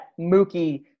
Mookie